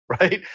Right